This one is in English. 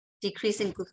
decreasing